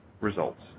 results